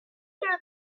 wonder